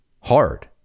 hard